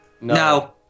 No